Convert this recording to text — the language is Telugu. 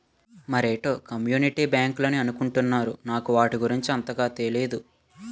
మరేటో కమ్యూనిటీ బ్యాంకులని అనుకుంటున్నారు నాకు వాటి గురించి అంతగా తెనీదు